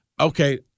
okay